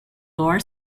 door